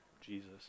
Jesus